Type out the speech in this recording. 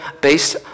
based